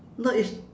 no it's